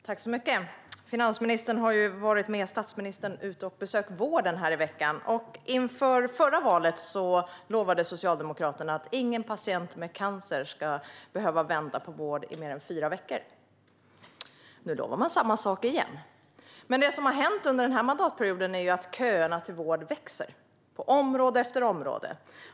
Fru talman! Finansministern har varit ute med statsministern och besökt vården här i veckan. Inför förra valet lovade Socialdemokraterna att ingen patient med cancer skulle behöva vänta på vård i mer än fyra veckor. Nu lovar man samma sak igen. Men det som har hänt under denna mandatperiod är att köerna till vård växer på område efter område.